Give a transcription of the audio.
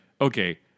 okay